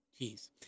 jeez